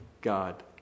God